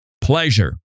pleasure